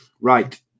Right